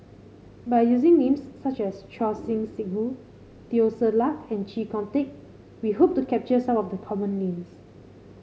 by using names such as Choor Singh Sidhu Teo Ser Luck and Chee Kong Tet we hope to capture some of the common names